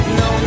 no